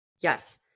Yes